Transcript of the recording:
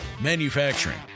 Manufacturing